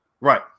right